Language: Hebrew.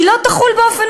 זה לא יחול באופן